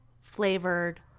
flavored